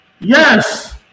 Yes